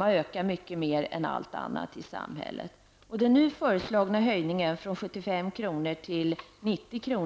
har ökat mycket mer än allt annat i samhället. Och den nu föreslagna höjningen från 75 kr. till 90 kr.